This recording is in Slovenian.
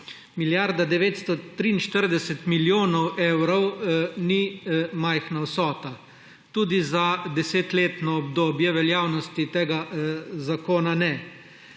Milijarda 943 milijonov evrov ni majhna vsota, tudi za desetletno obdobje veljavnosti tega zakona ne.